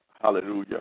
hallelujah